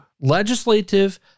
legislative